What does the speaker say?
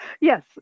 Yes